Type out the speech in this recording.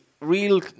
Real